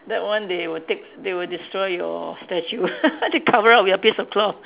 that one they will take they will destroy your statue they cover up with a piece of cloth